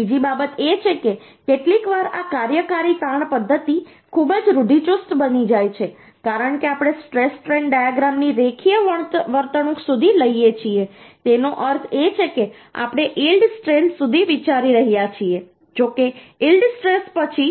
બીજી બાબત એ છે કે કેટલીકવાર આ કાર્યકારી તાણ પદ્ધતિ ખૂબ જ રૂઢિચુસ્ત બની જાય છે કારણ કે આપણે સ્ટ્રેસ સ્ટ્રેઈન ડાયાગ્રામની રેખીય વર્તણૂક સુધી લઈએ છીએ તેનો અર્થ એ છે કે આપણે યીલ્ડ સ્ટ્રેસ સુધી વિચારી રહ્યા છીએ જોકે યીલ્ડ સ્ટ્રેસ પછી